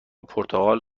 پرتقال